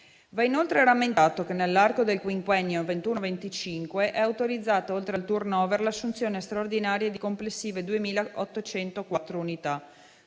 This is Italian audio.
Va inoltre rammentato che, nell'arco del quinquennio 2021-2025, è autorizzata, oltre al *turnover*, l'assunzione straordinaria di complessive 2.804 unità.